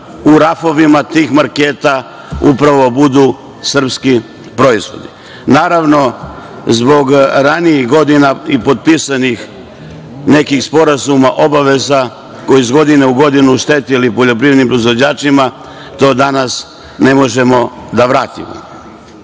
u rafovima tih marketa upravo budu srpski proizvodi. Naravno, zbog ranijih godina i nekih potpisanih sporazuma i obaveza koji su iz godine u godinu štetili poljoprivrednim proizvođačima do danas ne možemo da vratimo. Treba